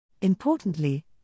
Importantly